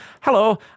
hello